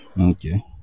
Okay